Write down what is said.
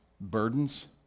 burdens